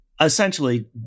essentially